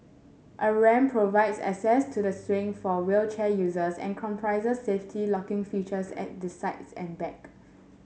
a ramp provides access to the swing for wheelchair users and comprises safety locking features at the sides and back